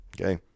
Okay